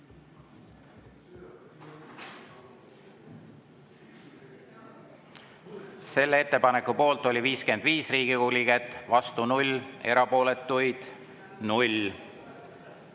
Selle ettepaneku poolt oli 55 Riigikogu liiget, vastu 0, erapooletuid 0.